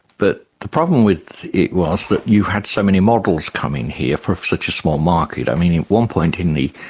but the problem with it was that you had so many models coming here for such a small market. i mean at one point in about